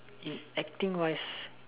acting wise